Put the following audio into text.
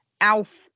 Alf